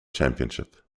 championship